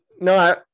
No